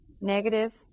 negative